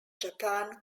japan